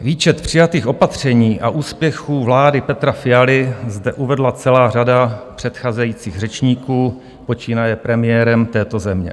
Výčet přijatých opatření a úspěchů vlády Petra Fialy zde uvedla celá řada předcházejících řečníků, počínaje premiérem této země.